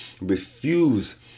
Refuse